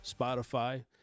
Spotify